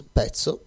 pezzo